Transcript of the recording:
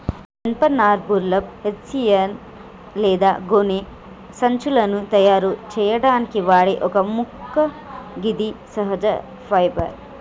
జనపనార burlap, hessian లేదా గోనె సంచులను తయారు సేయడానికి వాడే ఒక మొక్క గిది సహజ ఫైబర్